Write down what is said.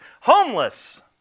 homeless